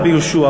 רבי יהושע,